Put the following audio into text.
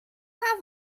have